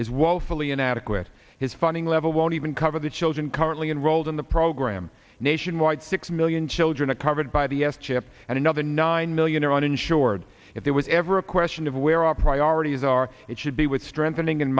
woefully inadequate his funding level won't even cover the children currently enrolled in the program nationwide six million children a covered by the s chip and another nine million are uninsured if there was ever a question of where our priorities are it should be with strengthening and